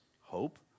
hope